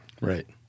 Right